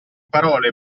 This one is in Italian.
parole